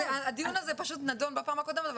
הדיון הזה פשוט נדון בפעם הקודמת אבל